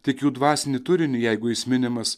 tik jų dvasinį turinį jeigu jis minimas